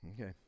Okay